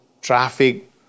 Traffic